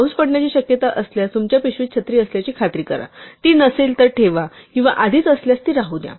पाऊस पडण्याची शक्यता असल्यास तुमच्या पिशवीत छत्री असल्याची खात्री करा ती नसेल तर ठेवा किंवा आधीच असल्यास ती राहू द्या